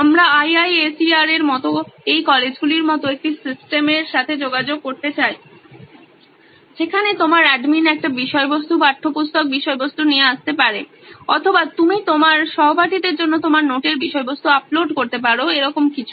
আমরা আইআইএসইআর এর মতো এই কলেজগুলির মতো একটি সিস্টেমের সাথে যোগাযোগ করতে চাই যেখানে তোমার প্রশাসক একটি বিষয়বস্তু পাঠ্যপুস্তক বিষয়বস্তু নিয়ে আসতে পারেন অথবা তুমি তোমার সহপাঠীদের জন্য তোমার নোটের বিষয়বস্তু আপলোড করতে পারো এরকম কিছু